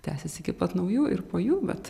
tęsias iki pat naujų ir po jų bet